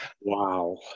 Wow